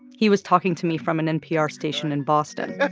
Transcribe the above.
he was talking to me from an npr station in boston